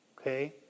Okay